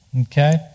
Okay